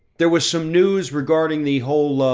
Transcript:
there was some news regarding the whole,